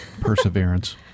perseverance